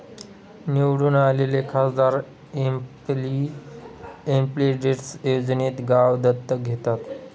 निवडून आलेले खासदार एमपिलेड्स योजनेत गाव दत्तक घेतात